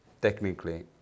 Technically